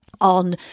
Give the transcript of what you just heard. on